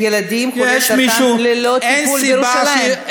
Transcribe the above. ילדים חולי סרטן ללא טיפול בירושלים.